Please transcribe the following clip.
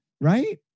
Right